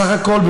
בסך הכול,